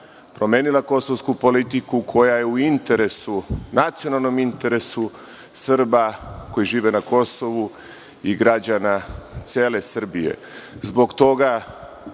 promenila kosovsku politiku koja je u interesu, nacionalnom interesu Srba koji žive na Kosovu i građana cele Srbije.